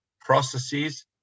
processes